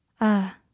Ah